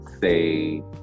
say